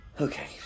Okay